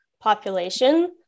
population